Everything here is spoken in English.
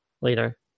later